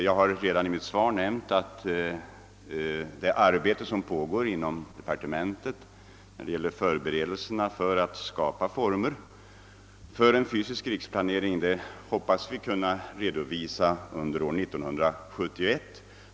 Jag har redan i mitt svar nämnt att vi hoppas kunna redovisa resultatet av det arbete, som pågår inom departementet för att skapa former för en fysisk riksplanering, under år 1971.